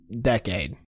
decade